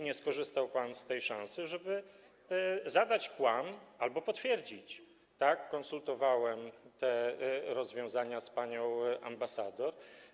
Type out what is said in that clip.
Nie skorzystał pan z tej szansy, żeby zadać kłam albo potwierdzić: tak, konsultowałem te rozwiązania z panią ambasador.